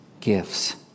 gifts